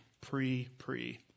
pre-pre